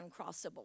uncrossable